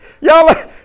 y'all